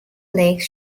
lake